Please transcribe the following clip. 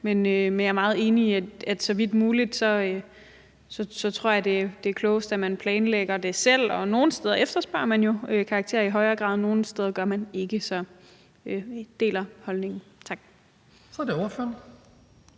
Men jeg er meget enig i, at det er klogest, at man så vidt muligt planlægger det selv. Nogle steder efterspørger man jo karakterer i højere grad, og nogle steder gør man ikke. Så jeg deler holdningen. Tak. Kl. 18:36 Den